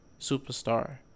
superstar